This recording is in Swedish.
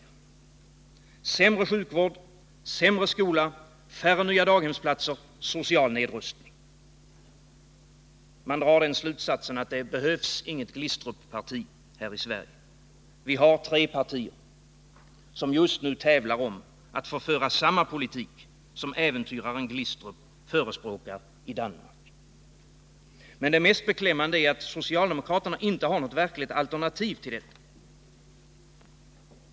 Det betyder sämre sjukvård, sämre skola, färre nya daghemsplatser, social nedrustning. Man drar slutsatsen att det inte behövs något Glistrupparti här i Sverige. Vi har tre partier som just nu tävlar om att få föra samma politik som äventyraren Glistrup förespråkar i Danmark. Men det mest beklämmande är att socialdemokraterna inte har något verkligt alternativ till detta.